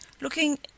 looking